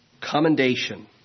commendation